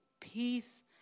peace